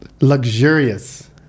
Luxurious